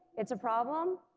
it's a problem.